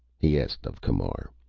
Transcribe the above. he asked of camar.